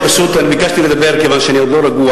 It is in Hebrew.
אני ביקשתי לדבר פשוט מכיוון שאני עוד לא רגוע